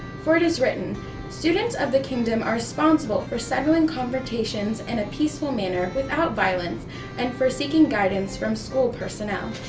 for it is written students of the kingdom are responsible for settling confrontations in a peaceful manner, without violence and forseeking guidance from school personnel.